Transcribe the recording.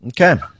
Okay